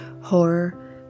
horror